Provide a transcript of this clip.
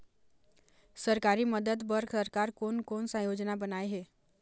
सरकारी मदद बर सरकार कोन कौन सा योजना बनाए हे?